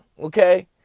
Okay